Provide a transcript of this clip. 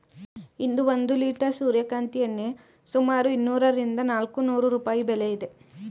ಇಂದು ಒಂದು ಲಿಟರ್ ಸೂರ್ಯಕಾಂತಿ ಎಣ್ಣೆ ಸುಮಾರು ಇನ್ನೂರರಿಂದ ನಾಲ್ಕುನೂರು ರೂಪಾಯಿ ಬೆಲೆ ಇದೆ